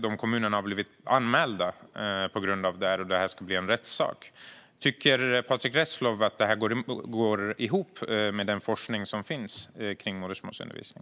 De kommunerna har till och med blivit anmälda, och nu ska frågan bli en rättssak. Tycker Patrick Reslow att det här går ihop med resultaten av forskningen om modersmålsundervisning?